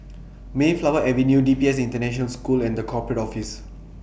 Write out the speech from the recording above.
Mayflower Avenue D P S International School and The Corporate Office